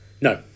No